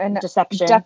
deception